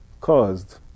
caused